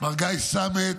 מר גיא סמט,